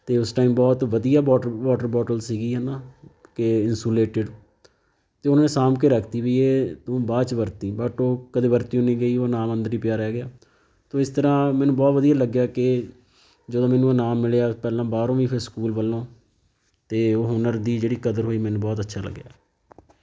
ਅਤੇ ਉਸ ਟਾਈਮ ਬਹੁਤ ਵਧੀਆ ਬੋਟ ਵੋਟਰ ਬੋਟਲ ਸੀਗੀ ਹੈ ਨਾ ਕਿ ਇਨਸੂਲੇਟਡ ਅਤੇ ਉਹਨਾਂ ਨੇ ਸਾਂਭ ਕੇ ਰੱਖਤੀ ਵੀ ਇਹ ਤੂੰ ਬਾਅਦ 'ਚ ਵਰਤੀ ਬਟ ਉਹ ਕਦੇ ਵਰਤੀ ਉਹ ਨਹੀਂ ਗਈ ਉਹ ਇਨਾਮ ਅੰਦਰ ਹੀ ਪਿਆ ਰਹਿ ਗਿਆ ਤੋ ਇਸ ਤਰ੍ਹਾਂ ਮੈਨੂੰ ਬਹੁਤ ਵਧੀਆ ਲੱਗਿਆ ਕਿ ਜਦੋਂ ਮੈਨੂੰ ਇਨਾਮ ਮਿਲਿਆ ਪਹਿਲਾਂ ਬਾਹਰੋਂ ਵੀ ਫਿਰ ਸਕੂਲ ਵੱਲੋਂ ਅਤੇ ਹੁਨਰ ਦੀ ਜਿਹੜੀ ਕਦਰ ਹੋਈ ਮੈਨੂੰ ਬਹੁਤ ਅੱਛਾ ਲੱਗਿਆ